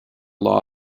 law